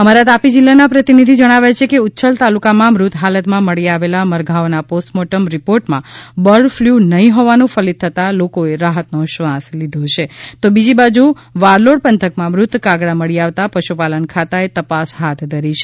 અમારા તાપી જિલ્લાના પ્રતિનિધિ જણાવે છે કે ઉચ્છલ તાલુકામાં મૃત હાલતમાં મળી આવેલા મરઘાઓના પોસ્ટ મોર્ટેમ રિપોર્ટમાં બર્ડફ્લ્ નહીં હોવાનું ફલિત થતા લોકોએ રાહતનો શ્વાસ લીધો છે તો બીજી બાજુ વાલોડ પંથકમાં મૃત કાગડા મળી આવતા પશુપાલન ખાતાએ તપાસ હાથ ધરી છે